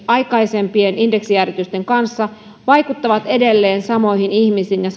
aikaisempien indeksijäädytysten kanssa vaikuttavat edelleen samoihin ihmisiin ja